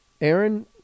Aaron